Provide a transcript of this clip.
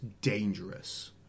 dangerous